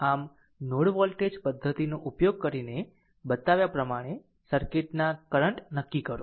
આમ node voltage પદ્ધતિનો ઉપયોગ કરીને બતાવ્યા પ્રમાણે સર્કિટના કરંટ નક્કી કરો